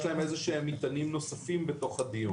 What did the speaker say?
להם איזה שהם מטענים נוספים בתוך הדיון.